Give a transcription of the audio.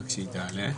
רק שהיא תעלה.